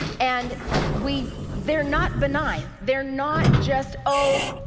and we, they're not benign. they're not just oh,